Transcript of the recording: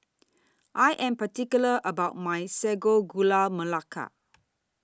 I Am particular about My Sago Gula Melaka